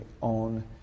on